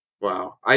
Wow